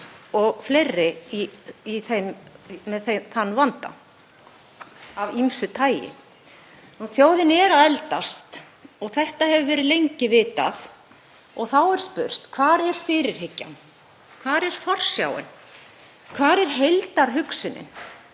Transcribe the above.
og fleiri með vanda af ýmsu tagi. Þjóðin er að eldast og það hefur verið lengi vitað. Þá er spurt: Hvar er fyrirhyggjan? Hvar er forsjáin? Hvar er heildarhugsunin?